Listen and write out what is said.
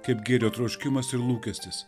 kaip gėrio troškimas ir lūkestis